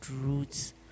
roots